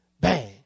bang